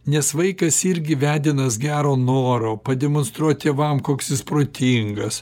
nes vaikas irgi vedinas gero noro pademonstruot tėvam koks jis protingas